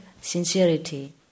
sincerity